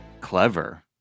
clever